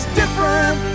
different